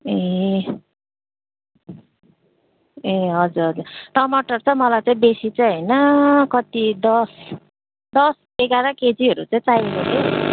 ए ए हजुर टमाटर चाहिँ मलाई चाहिँ बेसी चाहिँ होइन कति दस दस एघार केजीहरू चाहिँ चाहिएको थियो